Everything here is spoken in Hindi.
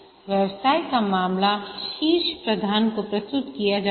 व्यवसाय का मामला शीर्ष प्रबंधन को प्रस्तुत किया जाता है